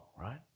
right